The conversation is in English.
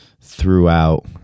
throughout